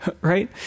right